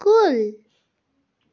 کُل